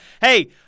hey